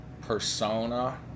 persona